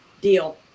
deal